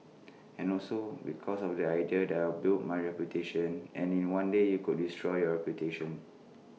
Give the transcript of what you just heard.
and also because of the idea that I've built my reputation and in one day you could destroy your reputation